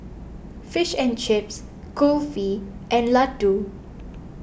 Fish and Chips Kulfi and Ladoo